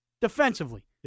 defensively